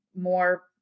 more